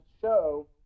show